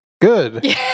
Good